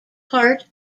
part